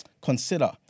consider